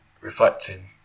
reflecting